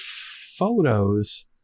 photos